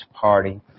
party